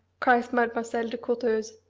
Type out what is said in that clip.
cries mademoiselle de courteheuse,